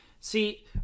See